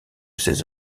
ses